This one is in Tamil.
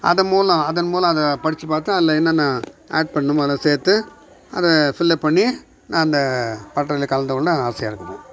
அதன் மூலம் அதன் மூலம் அதை படித்து பார்த்து அதில் என்னென்ன ஆட் பண்ணுமோ அதெல்லாம் சேர்த்து அதை ஃபில்அப் பண்ணி நான் அந்த பட்றையில் கலந்துக்கொள்ள ஆசையாக இருக்கிறேன்